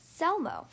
Selmo